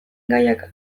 gaiak